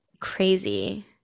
Crazy